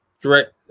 direct